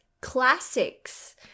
classics